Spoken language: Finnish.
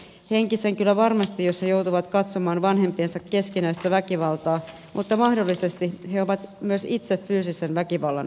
henkisen kyllä varmasti jos he joutuvat katsomaan vanhempiensa keskinäistä väkivaltaa mutta mahdollisesti lapset ovat myös fyysisen väkivallan uhreja